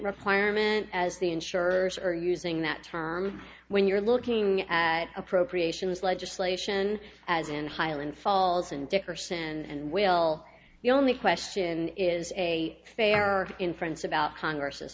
requirement as the insurers are using that term when you're looking at appropriations legislation as in highland falls and dickerson and will the only question is a fair inference about congress